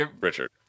Richard